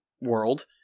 world